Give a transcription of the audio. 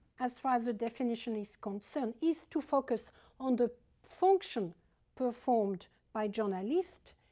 as far as the definition is concerned, is to focus on the function performed by journalists,